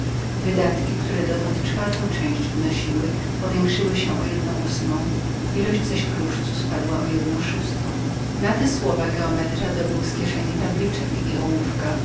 wydatki które dotąd czwartą część wynosiły powiększyły się o jedną ósmą ilość zaś kruszcu spadła o jedną szóstą na te słowa geometra dobył z kieszeni tabliczek i ołówka